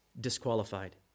disqualified